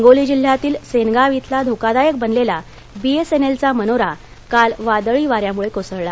हिंगोली जिल्ह्यातील सेनगाव इथला धोकादायक बनलेला बिएसएनएलचा मनोरा काल वादळी वाऱ्यामुळे कोसळला